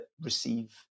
receive